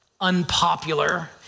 unpopular